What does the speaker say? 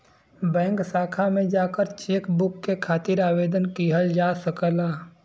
bank शाखा में जाकर चेकबुक के खातिर आवेदन किहल जा सकला